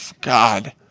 God